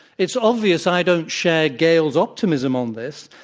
it's obvious i don't share gayle's optimism on this,